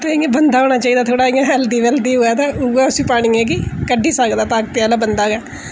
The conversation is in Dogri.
बंदा होना चाहिदा थोह्ड़ा इ'यां हैल्दी बैल्दी होऐ तां उ'ऐ उसी पानियै गी कड्ढी सकदा ताकती आह्ला बंदा गै